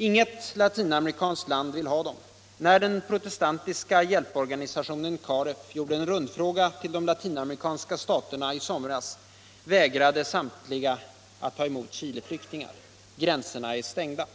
Inget latinamerikanskt land vill ha dem. När den protestantiska hjälporganisationen Caref gjorde en rund fråga till de latinamerikanska staterna i somras vägrade samtliga att ta emot Chileflyktingar. Gränserna är stängda.